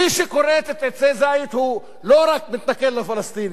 מי שכורת עצי זית לא רק מתנכל לפלסטינים,